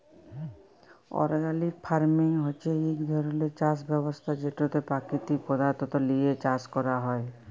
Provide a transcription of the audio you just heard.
organic farming হছে ইক ধরলের চাষ ব্যবস্থা যেটতে পাকিতিক পদাথ্থ লিঁয়ে চাষ ক্যরা হ্যয়